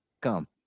come